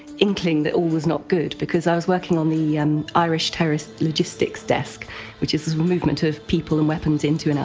inkling that all was not good because i was working on the um irish terrorist logistics desk which is the movement of people and weapons into and out